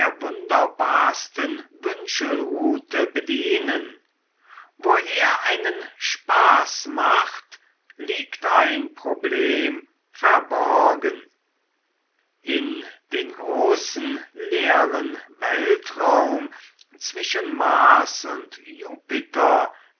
wunderbarsten wünschelrute bedienen wo er einen spaß macht liegt ein problem verborgen in den großen leeren weltraum zwischen mars und